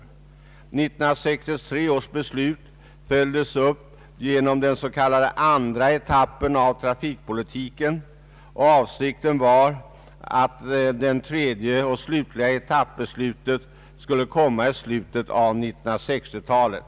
1963 års beslut följdes upp genom den s.k. andra etappen av trafikpolitiken, och avsikten var att det tredje och slutliga etappbeslutet skulle komma i slutet av 1960-talet.